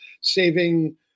saving